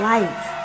Life